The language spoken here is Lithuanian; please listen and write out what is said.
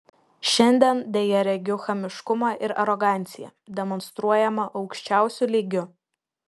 šiandien deja regiu chamiškumą ir aroganciją demonstruojamą aukščiausiu lygiu